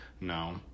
No